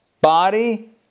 Body